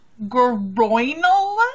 Groinal